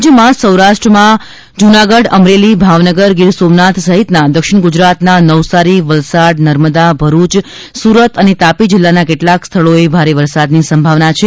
રાજ્યમાં સૌરાષ્ટ્રમાં જૂનાગઢ અમરેલી ભાવનગર ગીર સોમનાથ સહિતના દક્ષિણ ગુજરાતના નવસારી વલસાડ નર્મદા ભરૂચ સુરત અને તાપી જિલ્લાના કેટલાંક સ્થળોએ ભારે વરસાદની સંભાવના છે